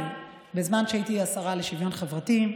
חינם בזמן שהייתי השרה לשוויון חברתי,